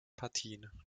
partien